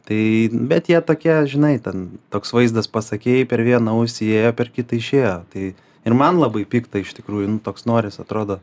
tai bet jie tokie žinai ten toks vaizdas pasakei per vieną ausį įėjo per kitą išėjo tai ir man labai pikta iš tikrųjų nu toks noris atrodo